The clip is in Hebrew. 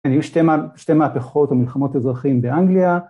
‫היו שתי מהפ... שתי מהפכות, ‫או מלחמות אזרחים, באנגליה...